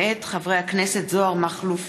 של חברת הכנסת ענת ברקו.